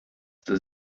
das